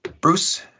Bruce